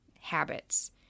habits